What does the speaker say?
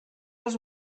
els